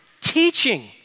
teaching